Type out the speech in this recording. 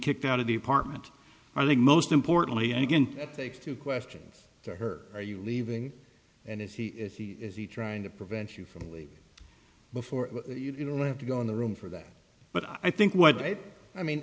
kicked out of the apartment i think most importantly and again i think two questions to her are you leaving and if he if he is he trying to prevent you from leaving before you know you have to go in the room for that but i think what i mean